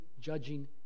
judging